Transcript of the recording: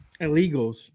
illegals